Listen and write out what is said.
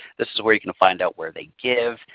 this is where you can find out where they give,